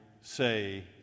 say